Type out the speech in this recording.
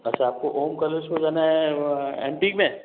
अच्छा आपको ओम कारेश्वर जाना हैं एम पी में